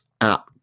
app